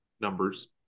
numbers